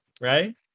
right